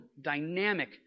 dynamic